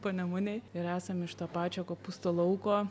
panemunėj ir esam iš to pačio kopūstų lauko